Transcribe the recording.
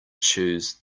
choose